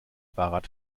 fahrrad